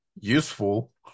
useful